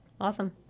Awesome